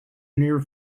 near